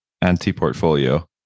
anti-portfolio